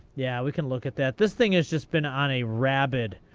yeah, we can look at that. this thing has just been on a rabid,